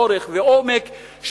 אורך ועומק,